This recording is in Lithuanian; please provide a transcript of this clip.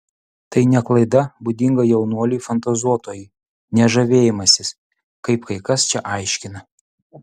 tai ne klaida būdinga jaunuoliui fantazuotojui ne žavėjimasis kaip kai kas čia aiškina